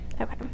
Okay